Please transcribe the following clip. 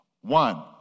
one